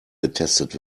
getestet